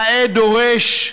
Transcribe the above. נאה דורש,